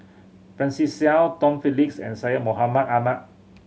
Francis Seow Tom Phillips and Syed Mohamed Ahmed